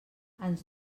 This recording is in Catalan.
ens